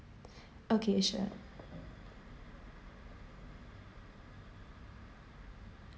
okay sure